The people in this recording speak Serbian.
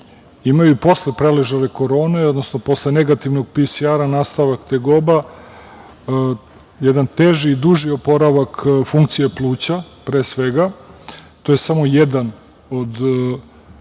imaju posle preležale korone, odnosno posle negativnog PCR nastavak tegoba, jedan teži i duži oporavak funkcije pluća pre svega. To je samo jedan od